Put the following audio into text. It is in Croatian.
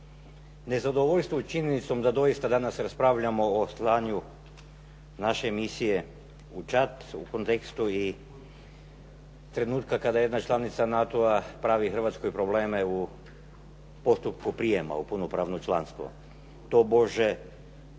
nezadovoljstvo činjenicom da doista danas raspravljamo o slanju naše misije u Čad u kontekstu i trenutka kada jedna članica NATO-a pravi Hrvatskoj probleme u postupku prijema u punopravno članstvo, tobože